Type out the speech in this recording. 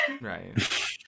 right